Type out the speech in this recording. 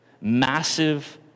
Massive